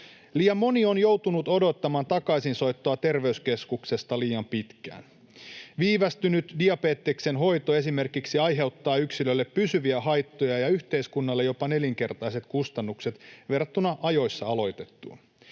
Liian moni on joutunut odottamaan takaisinsoittoa terveyskeskuksesta liian pitkään. Esimerkiksi viivästynyt diabeteksen hoito aiheuttaa yksilölle pysyviä haittoja ja yhteiskunnalle jopa nelinkertaiset kustannukset verrattuna ajoissa aloitettuun